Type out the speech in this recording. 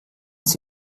sie